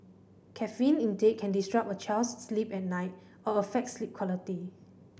caffeine intake can disrupt a child's sleep at night or affect sleep quality